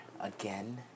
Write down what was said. again